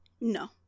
No